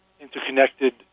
interconnected